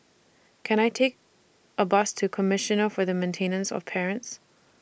Can I Take A Bus to Commissioner For The Maintenance of Parents